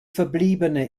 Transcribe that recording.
verbliebene